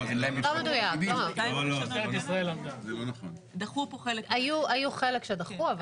היו חלק שדחו.